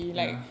ya